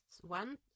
One